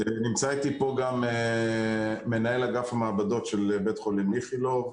נמצא איתי פה גם מנהל אגף המעבדות של בית חולים איכילוב.